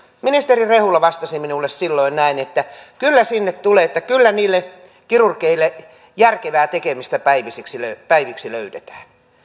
ministeri rehula vastasi minulle silloin että kyllä sinne tulee kyllä niille kirurgeille järkevää tekemistä päiviksi löydetään